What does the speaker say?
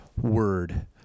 word